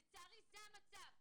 לצערי, זה המצב.